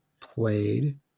played